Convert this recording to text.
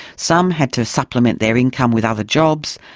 some had to supplement their income with other jobs,